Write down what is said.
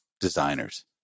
designers